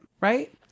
right